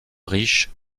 riche